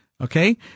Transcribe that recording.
okay